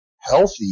healthy